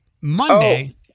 monday